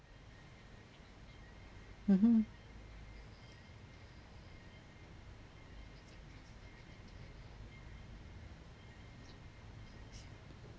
mmhmm